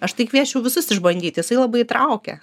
aš tai kviesčiau visus išbandyt jisai labai įtraukia